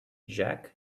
jack